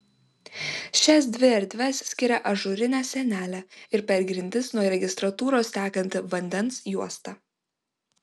šias dvi erdves skiria ažūrinė sienelė ir per grindis nuo registratūros tekanti vandens juosta